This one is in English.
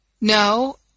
no